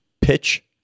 Pitch